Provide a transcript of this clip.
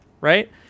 right